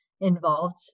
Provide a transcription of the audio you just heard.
involved